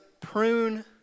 prune